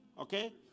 Okay